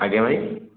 ଆଜ୍ଞା ଭାଇ